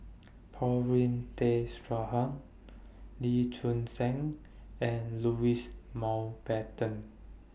Paulin Tay Straughan Lee Choon Seng and Louis Mountbatten